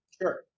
Sure